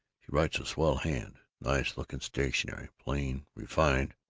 she writes a swell hand. nice-looking stationery. plain. refined.